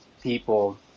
people